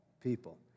people